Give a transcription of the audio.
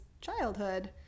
childhood